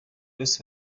bose